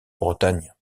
bretagne